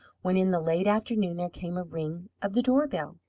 when, in the late afternoon, there came a ring of the doorbell.